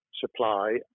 supply